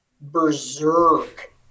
berserk